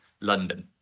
London